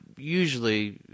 Usually